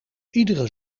iedere